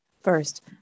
First